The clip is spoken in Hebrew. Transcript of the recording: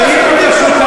ואם יש שותפים,